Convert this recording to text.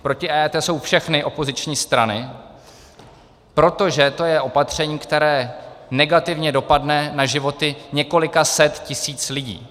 Proti EET jsou všechny opoziční strany, protože to je opatření, které negativně dopadne na životy několika set tisíc lidí.